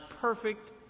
perfect